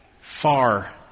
far